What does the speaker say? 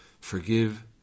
Forgive